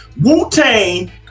Wu-Tang